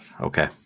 okay